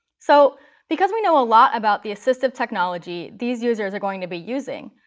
so because we know a lot about the assistive technology these users are going to be using,